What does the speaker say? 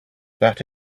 that